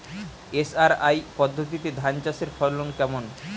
SRI পদ্ধতিতে ধান চাষের ফলন কেমন?